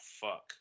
fuck